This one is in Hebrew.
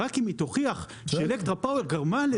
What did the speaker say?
רק אם היא תוכיח ש"אלקטרה פאוור" גרמה לזה